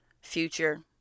Future